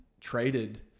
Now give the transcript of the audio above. traded